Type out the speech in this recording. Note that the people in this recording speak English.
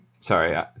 Sorry